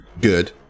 good